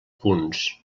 punts